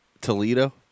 Toledo